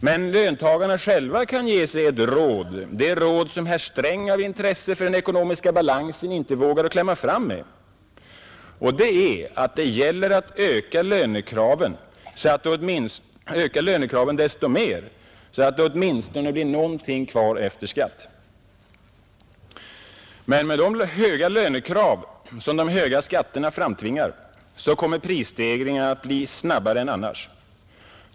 Men löntagarna själva kan ge sig ett råd, det råd som herr Sträng av intresse för den ekonomiska balansen inte vågade klämma fram med. Det rådet är att öka lönekraven desto mer så att det åtminstone blir någonting kvar efter skatt. Men med de höga lönekrav som de höga skatterna framtvingar kommer prisstegringarna att bli snabbare än annars.